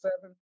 seven